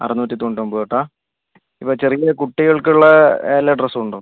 അറുന്നൂറ്റിതൊണ്ണൂറ്റൊൻപത് തൊട്ടാണ് ഇവിടെ ചെറിയകുട്ടികൾക്കുള്ള എല്ലാ ഡ്രസ്സും ഉണ്ടോ